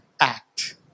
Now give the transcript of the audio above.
act